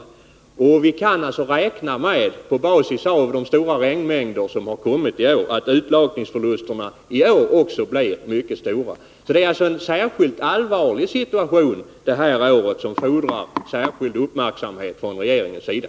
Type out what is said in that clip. Efter de stora regnmängder som har kommit i år kan vi räkna med att utlakningsförlusterna även i år blir mycket stora. Situationen är alltså mycket allvarlig det här året och fordrar därför särskild uppmärksamhet från regeringens sida.